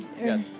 Yes